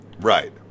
Right